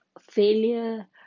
failure